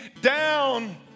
down